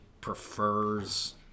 prefers